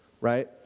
right